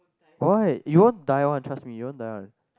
why you won't die one trust me you won't die one